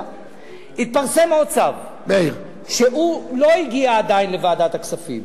התפרסם עוד צו שעוד לא הגיע לוועדת הכספים,